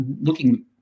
looking